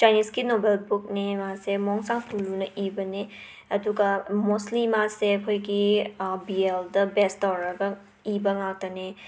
ꯆꯥꯏꯅꯤꯁꯀꯤ novel ꯕꯨꯛꯅꯤ ꯃꯥꯁꯦ ꯃꯣ ꯁꯥꯡ ꯇꯨ ꯂꯨꯅ ꯏꯕꯅꯦ ꯑꯗꯨꯒ ꯃꯣꯁꯂꯤ ꯃꯥꯁꯦ ꯑꯩꯈꯣꯏꯒꯤ ꯕꯤ ꯑꯦꯜꯗ ꯕꯦꯁ ꯇꯧꯔꯒ ꯏꯕ ꯉꯥꯛꯇꯅꯦ